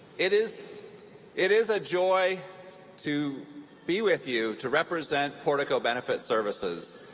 it is it is a joy to be with you to represent portico benefit services.